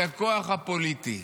הכוח הפוליטי.